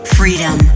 freedom